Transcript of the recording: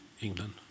England